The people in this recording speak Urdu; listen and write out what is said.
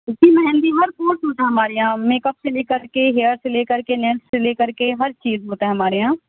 جی مہندی ورک کورس ہوتا ہے ہمارے یہاں میک اپ سے لے کر کے ہیئر سے لے کر کے نیلس سے لے کر کے ہر چیز ہوتا ہے ہمارے یہاں